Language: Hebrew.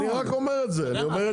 אני רק אומר את זה לשר.